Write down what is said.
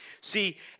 See